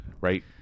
right